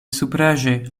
supraĵe